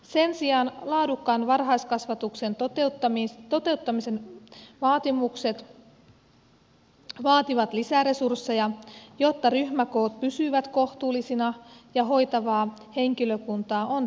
sen sijaan laadukkaan varhaiskasvatuksen toteuttamisen vaatimukset vaativat lisäresursseja jotta ryhmäkoot pysyvät kohtuullisina ja hoitavaa henkilökuntaa on riittävästi